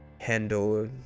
handle